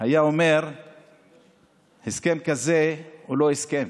היה אומר שהסכם כזה הוא לא הסכם.